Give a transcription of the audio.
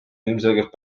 ilmselgelt